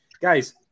guys